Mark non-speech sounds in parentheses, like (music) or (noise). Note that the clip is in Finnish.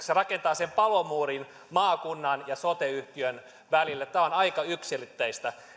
(unintelligible) se rakentaa sen palomuurin maakunnan ja sote yhtiön välille tämä on aika yksiselitteistä